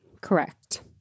Correct